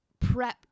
prepped